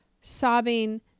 sobbing